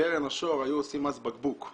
בקרן השור היו עושים מס בקבוק,